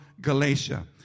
Galatia